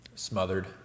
Smothered